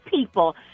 people